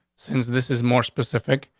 since this is more specific,